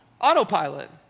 Autopilot